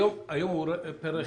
היום הוא פר רכב.